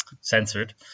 censored